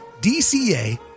DCA